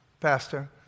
pastor